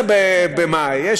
12 במאי,